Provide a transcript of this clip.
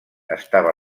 estava